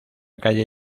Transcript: calle